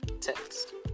text